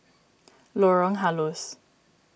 Lorong Halus